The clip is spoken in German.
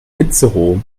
itzehoe